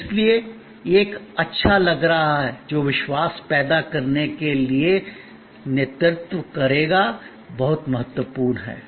और इसलिए यह एक अच्छा लग रहा है जो विश्वास पैदा करने के लिए नेतृत्व करेगा बहुत महत्वपूर्ण है